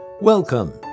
Welcome